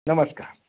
नमस्कार